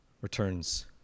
returns